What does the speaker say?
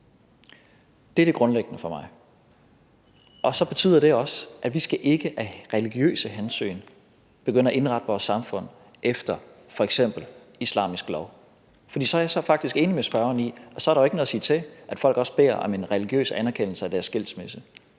Det er det grundlæggende for mig. Det betyder så også, at vi ikke ud fra religiøse hensyn skal begynde at indrette vores samfund efter f.eks. islamisk lov, for jeg er faktisk enig med spørgeren i, at så er der jo ikke noget at sige til, at folk også beder om en religiøs anerkendelse af deres skilsmisse.